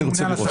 אני רוצה לראות.